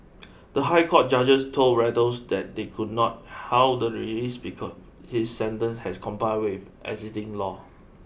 the high court judges told Reuters they could not halt the release because his sentence had complied with existing law